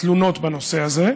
תלונות בנושא הזה,